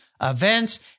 events